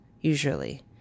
usually